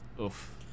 oof